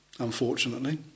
unfortunately